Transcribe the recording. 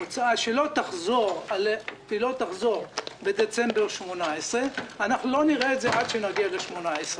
הוצאה שלא תחזור בדצמבר 2018 לא נראה את זה עד שנגיע לדצמבר 2018,